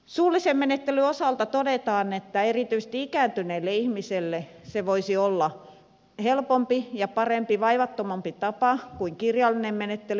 suullisen menettelyn osalta todetaan että erityisesti ikääntyneelle ihmiselle se voisi olla helpompi ja parempi ja vaivattomampi tapa kuin kirjallinen menettely